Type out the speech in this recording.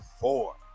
four